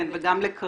כן, וגם לקארין.